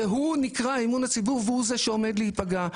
שהוא נקרא אמון הציבור והוא זה שעומד להיפגע,